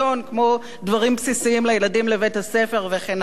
כמו דברים בסיסיים לילדים לבית-הספר וכן הלאה.